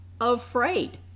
afraid